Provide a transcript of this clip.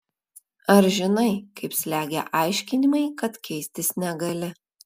ar žinai kaip slegia aiškinimai kad keistis negali